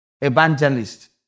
evangelist